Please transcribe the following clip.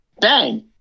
Bang